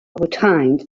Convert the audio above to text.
retained